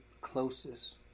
closest